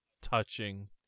touching